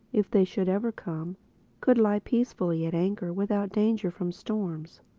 if they should ever come could lie peacefully at anchor without danger from storms.